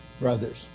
brothers